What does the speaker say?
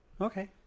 Okay